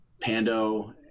Pando